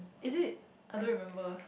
is it I don't remember